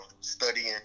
studying